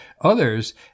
others